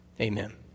amen